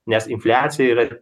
nes infliacija yra